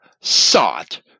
sought